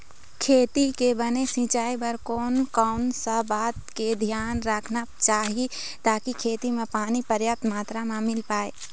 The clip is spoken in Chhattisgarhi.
खेती के बने सिचाई बर कोन कौन सा बात के धियान रखना चाही ताकि खेती मा पानी पर्याप्त मात्रा मा मिल पाए?